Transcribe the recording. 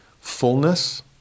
fullness